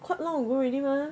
quite long ago already mah